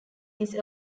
this